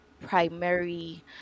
primary